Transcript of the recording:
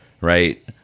right